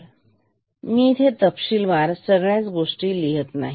तर मी इथे फार तपशीलवार सगळ्याच गोष्टी लिहीत नाही